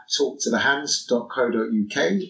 talktothehands.co.uk